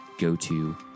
go-to